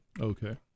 Okay